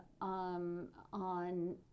on